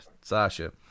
Sasha